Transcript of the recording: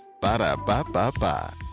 Ba-da-ba-ba-ba